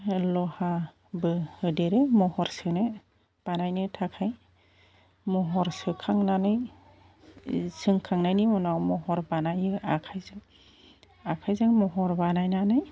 लहाबो होदेरो महर सोनो बानायनो थाखाय महर सोखांनानै बे सोंखांनायनि उनाव महर बानायो आखायजों आखायजों महर बानायनानै